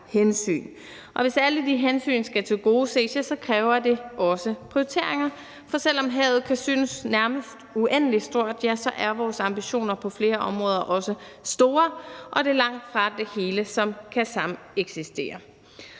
Og hvis alle de hensyn skal tilgodeses, kræver det også prioriteringer, for selv om havet kan synes nærmest uendelig stort, ja, så er vores ambitioner på flere områder også store, og det er langtfra det hele, som kan sameksistere.